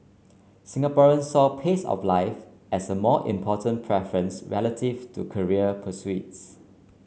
Singaporeans saw pace of life as a more important preference relative to career pursuits